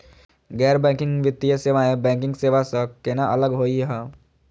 गैर बैंकिंग वित्तीय सेवाएं, बैंकिंग सेवा स केना अलग होई हे?